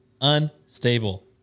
unstable